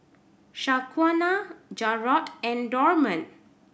Shaquana Jarrod and Dorman